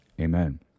amen